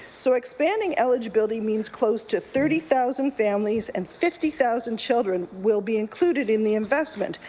so expanding eligibility means close to thirty thousand families and fifty thousand children will be included in the investment,